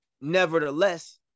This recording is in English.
nevertheless